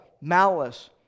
malice